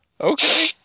Okay